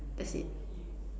that's it